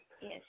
Yes